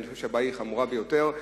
אני חושב שהבעיה חמורה ביותר.